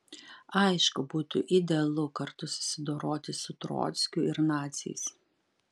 aišku būtų idealu kartu susidoroti su trockiu ir naciais